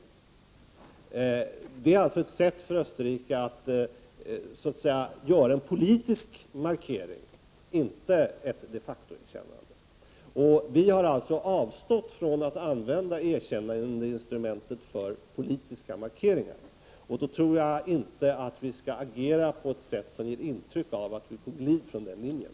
Detta är alltså ett sätt för Österrike att göra en politisk markering, inte ett de facto-erkännande. Vi har avstått från att använda erkännandeinstrumentet för politiska markeringar. Vi bör enligt min uppfattning inte agera på ett sätt som ger intryck av att vi är på glid från den linjen.